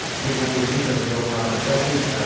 hey, can i get a picture? i was like, oh, we're out of duckets,